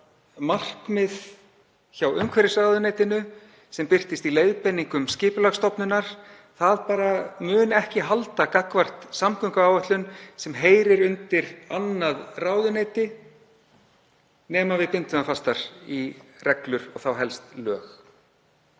markmið hjá umhverfisráðuneytinu, sem birtist í leiðbeiningum Skipulagsstofnunar, mun ekki halda gagnvart samgönguáætlun sem heyrir undir annað ráðuneyti nema við bindum það fastar í reglur og þá helst lög.